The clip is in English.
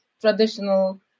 traditional